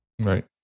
Right